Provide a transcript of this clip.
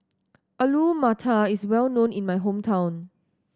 Alu Matar is well known in my hometown